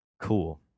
Cool